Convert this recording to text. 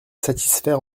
satisfaire